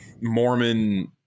Mormon